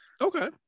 Okay